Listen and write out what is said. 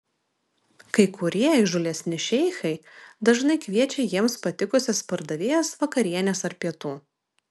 kai kurie įžūlesni šeichai dažnai kviečia jiems patikusias pardavėjas vakarienės ar pietų